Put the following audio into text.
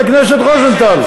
חבר הכנסת רוזנטל.